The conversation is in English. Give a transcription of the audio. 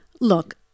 look